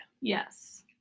yes